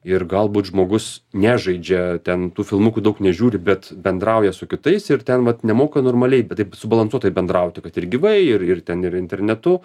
ir galbūt žmogus nežaidžia ten tų filmukų daug nežiūri bet bendrauja su kitais ir ten vat nemoka normaliai bet taip subalansuotai bendrauti kad ir gyvai ir ir ten ir internetu